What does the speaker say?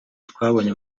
twabonye